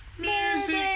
Music